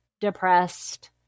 depressed